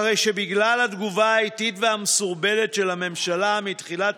בגלל התגובה האיטית והמסורבלת של הממשלה מתחילת